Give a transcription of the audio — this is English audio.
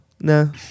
no